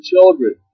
children